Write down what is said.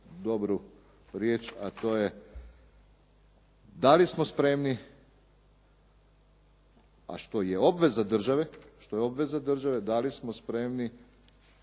dobru riječ, a to je da li smo spremni, a što je obveza države, što je